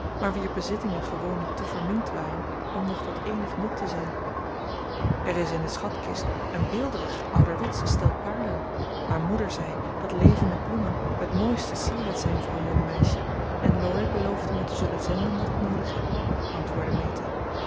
maar wier bezittingen gewoonlijk te verminkt waren om nog tot eenig nut te zijn er is in de schatkist een beelderig ouderwetsch stel paarlen maar moeder zei dat levende bloemen het mooiste sieraad zijn voor een jong meisje en laurie beloofde me te zullen zenden wat ik noodig heb antwoordde meta